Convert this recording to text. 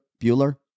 Bueller